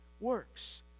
works